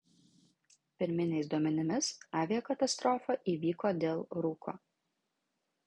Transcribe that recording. pirminiais duomenimis aviakatastrofa įvyko dėl rūko